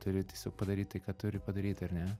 turi tiesiog padaryt tai ką turi padaryti ar ne